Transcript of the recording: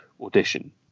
audition